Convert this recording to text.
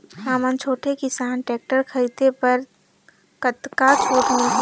हमन छोटे किसान टेक्टर खरीदे बर कतका छूट मिलही?